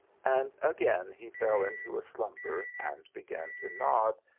and again he fell into a slumber and began to nod,